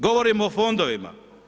Govorimo o fondovima.